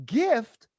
gift